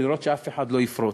לראות שאף אחד לא יפרוץ.